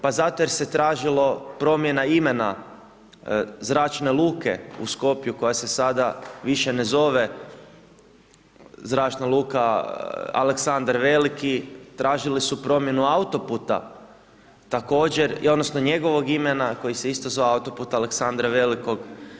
Pa zato jer se tražilo promjena imena zračne luke u Skopju koja se sada više ne zove zračna luka Aleksandar Veliki, tražili su promjenu autoputa, također i odnosno njegovog imena koji se isto zvao autoput Aleksandra Velikog.